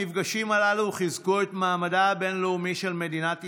המפגשים הללו חיזקו את מעמדה הבין-לאומי של מדינת ישראל,